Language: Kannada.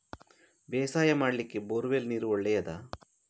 ಬೇಸಾಯ ಮಾಡ್ಲಿಕ್ಕೆ ಬೋರ್ ವೆಲ್ ನೀರು ಒಳ್ಳೆಯದಾ?